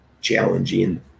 challenging